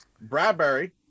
Bradbury